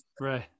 Right